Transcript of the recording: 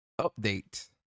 update